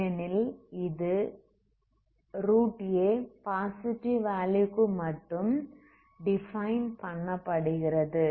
ஏனெனில் a positive value க்கு மட்டும் டிஃபைன் பண்ணப்படுகிறது